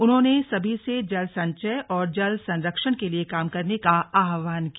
उन्होंने सभी से जल संचय और जल संरक्षण के लिए काम करने का आहवान किया